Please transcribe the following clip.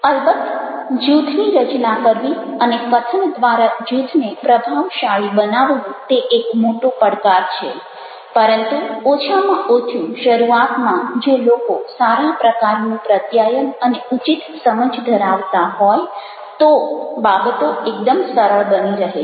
અલબત્ત જૂથની રચના કરવી અને કથન દ્વારા જૂથને પ્રભાવશાળી બનાવવું તે એક મોટો પડકાર છે પરંતુ ઓછામાં ઓછું શરૂઆતમાં જો લોકો સારા પ્રકારનું પ્રત્યાયન અને ઉચિત સમજ ધરાવતા હોય તો બાબતો એકદમ સરળ બની રહે છે